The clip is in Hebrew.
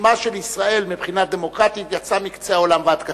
שמה של ישראל מבחינה דמוקרטית יצא מקצה העולם ועד קצה.